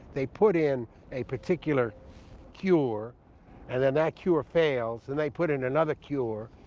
they put in a particular cure and then that cure fails and they put in another cure,